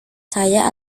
saya